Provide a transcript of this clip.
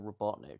Robotnik